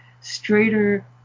straighter